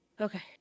Okay